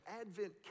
Advent